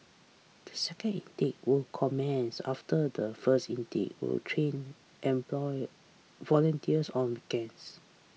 the second intake will commence after the first intake will train employ volunteers on weekends